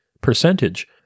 percentage